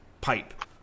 pipe